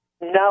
No